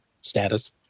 status